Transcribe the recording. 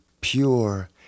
pure